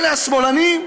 אלה השמאלנים?